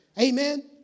Amen